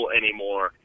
anymore